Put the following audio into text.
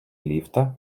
ліфта